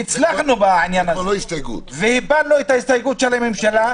אנחנו הצלחנו בעניין הזה והבענו את ההסתייגות של הממשלה,